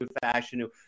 fashion